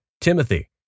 Timothy